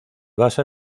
basa